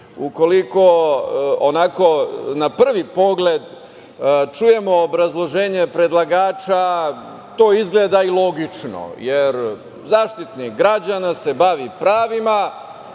Ukoliko na prvi pogled čujemo obrazloženje predlagača, to izgleda i logično, jer Zaštitnik građana se bavi pravima.